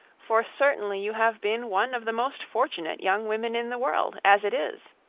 for certainly you have been one of the most fortunate young women in the world, as it is.